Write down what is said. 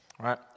right